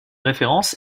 référence